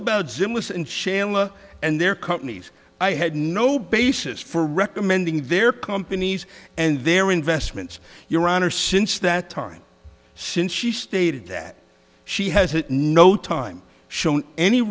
about zim was and shayla and their companies i had no basis for recommending their companies and their investments your honor since that time since she stated that she has no time shown any